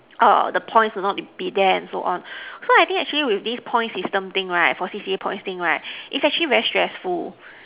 err the points will not be there and so on so I think actually with this points system thing right for C_C_A points thing right is actually very stressful